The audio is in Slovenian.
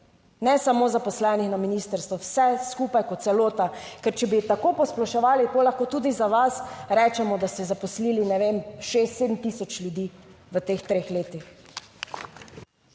ne samo zaposleni na ministrstvu, vse skupaj kot celota. Ker če bi tako posploševali, potem lahko tudi za vas rečemo, da ste zaposlili, ne vem, 6, 7 tisoč ljudi v teh treh letih.